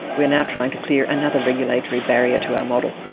we are now trying to clear another regulatory barrier to our model.